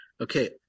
Okay